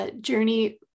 journey